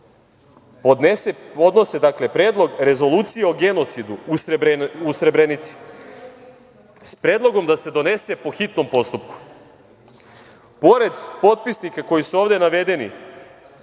podnose Predlog rezolucije o genocidu u Srebrenici, sa predlogom da se donose po hitnom postupku. Pored potpisnika koji su ovde navedeni,